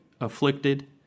afflicted